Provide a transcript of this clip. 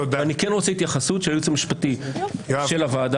אני רוצה התייחסות של הייעוץ המשפטי של הוועדה